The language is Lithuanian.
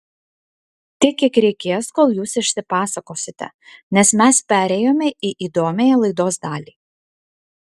tiek kiek reikės kol jūs išsipasakosite nes mes perėjome į įdomiąją laidos dalį